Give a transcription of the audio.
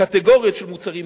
קטגוריות של מוצרים,